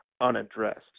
unaddressed